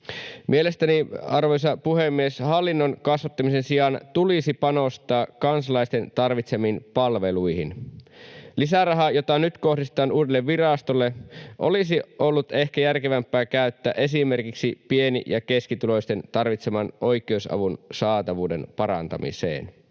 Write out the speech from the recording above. Mielestäni, arvoisa puhemies, hallinnon kasvattamisen sijaan tulisi panostaa kansalaisten tarvitsemiin palveluihin. Lisäraha, jota nyt kohdistetaan uudelle virastolle, olisi ollut ehkä järkevämpää käyttää esimerkiksi pieni- ja keskituloisten tarvitseman oikeusavun saatavuuden parantamiseen.